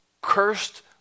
cursed